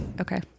Okay